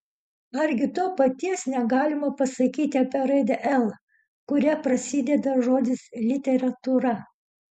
argi to paties negalima pasakyti apie raidę l kuria prasideda žodis literatūra